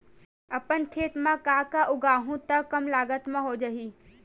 अपन खेत म का का उगांहु त कम लागत म हो जाही?